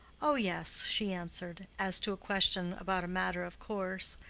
oh, yes, she answered, as to a question about a matter of course,